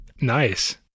Nice